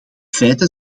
feiten